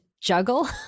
juggle